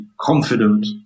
confident